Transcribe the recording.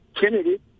Kennedy